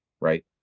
right